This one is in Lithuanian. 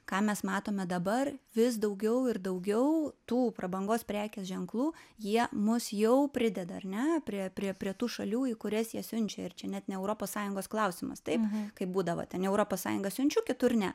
ką mes matome dabar vis daugiau ir daugiau tų prabangos prekės ženklų jie mus jau prideda ar ne prie prie prie tų šalių į kurias jie siunčia ir čia net ne europos sąjungos klausimas taip kaip būdavo ten į europos sąjungą siunčiau kitur ne